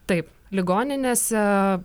taip ligoninėse